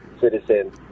citizen